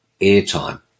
airtime